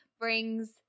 brings